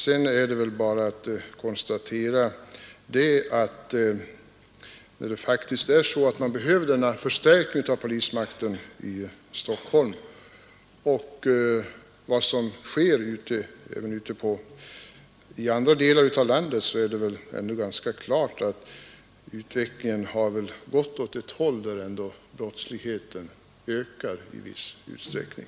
Vidare är det bara att konstatera att det faktiskt behövs en förstärkning av polismakten i Stockholm. Det är väl ganska klart att utvecklingen även i andra delar av landet går åt ett håll, nämligen att brottsligheten ökar i viss utsträckning.